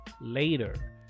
later